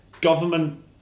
government